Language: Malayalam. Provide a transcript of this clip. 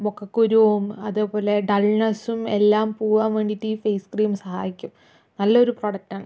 മുഖക്കുരുവും അതുപോലെ ഡൾനെസ്സും എല്ലാം പോവാൻ വേണ്ടിയിട്ട് ഈ ഫേസ് ക്രീം സഹായിക്കും നല്ലൊരു പ്രൊഡക്റ്റാണ്